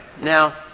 Now